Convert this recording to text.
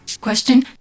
Question